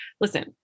listen